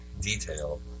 detail